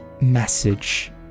message